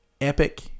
epic